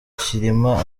cyilima